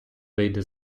вийде